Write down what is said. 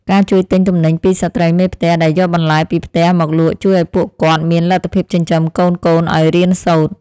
ការជួយទិញទំនិញពីស្ត្រីមេផ្ទះដែលយកបន្លែពីផ្ទះមកលក់ជួយឱ្យពួកគាត់មានលទ្ធភាពចិញ្ចឹមកូនៗឱ្យរៀនសូត្រ។